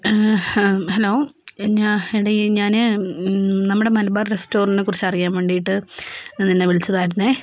hello എടി ഞാൻ നമ്മുടെ മലബാർ റെസ്റ്റോറൻ്റിനെക്കുറിച്ച് അറിയാൻ വേണ്ടിയിട്ട് നിന്നെ വിളിച്ചതായിരുന്നു